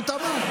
הוא תמך.